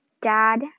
dad